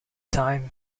time